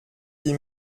dix